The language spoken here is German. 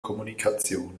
kommunikation